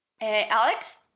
Alex